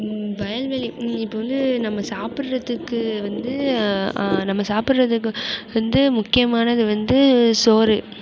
வயல் வெளி இப்போ வந்து நம்ம சாப்பிட்றதுக்கு வந்து நம்ம சாப்பிட்றதுக்கு வந்து முக்கியமானது வந்து சோறு